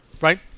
right